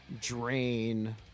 Drain